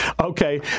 Okay